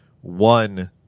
one